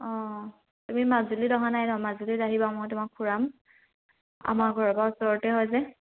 অঁ তুমি মাজুলীত অহা নাই ন মাজুলীত আহিবা মই তোমাক ফুৰাম আমাৰ ঘৰৰ পৰা ওচৰতে হয় যে